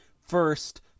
first